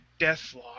Deathlock